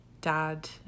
dad